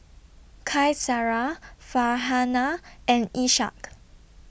Qaisara Farhanah and Ishak